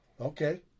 Okay